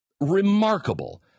remarkable